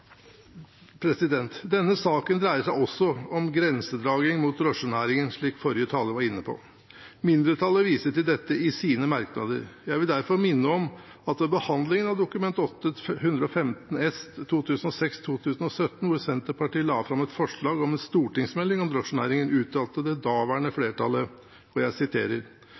Denne saken dreier seg også om grensedragning mot drosjenæringen, slik forrige taler var inne på. Mindretallet viser til dette i sine merknader. Jeg vil derfor minne om at ved behandlingen av Dokument 8:115 S for 2016–2017, hvor Senterpartiet la fram forslag om en stortingsmelding om drosjenæringen, uttalte det daværende flertallet – og jeg siterer: